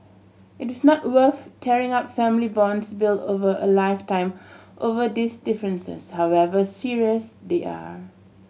it is not worth tearing up family bonds built over a lifetime over these differences however serious they are